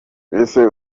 ese